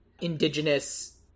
Indigenous